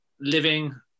living